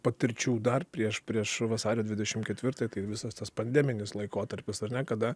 patirčių dar prieš prieš vasario dvidešim ketvirtąją tai visas tas pandeminis laikotarpis ar ne kada